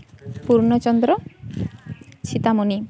ᱯᱩᱨᱱᱤ ᱪᱚᱸᱫᱽᱨᱚ ᱪᱷᱤᱛᱟᱢᱚᱱᱤ